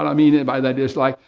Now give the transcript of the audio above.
i mean and by that is, like,